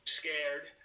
scared